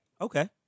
Okay